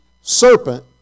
serpent